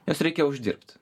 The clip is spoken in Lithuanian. juos reikia uždirbt